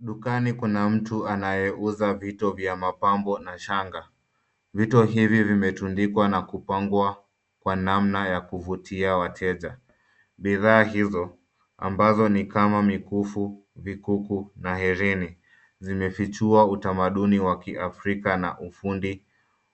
Dukani kuna mtu anayeuza vitu vya mapambo na shanga. Vitu hivi vimetundikwa na kupangwa kwa namna ya kuvutia wateja. Bidhaa hizo ambazo ni kama mikufu, vikuku na herini zimefichua utamaduni wa kiafrika na ufundi